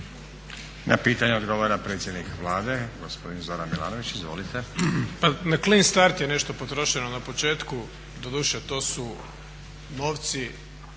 Na pitanje odgovara predsjednik Vlade gospodin Zoran Milanović. Izvolite. **Milanović, Zoran (SDP)** Na clin start je nešto potrošeno na početku, doduše to su novci